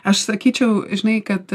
aš sakyčiau žinai kad